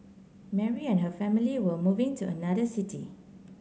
Mary and her family were moving to another city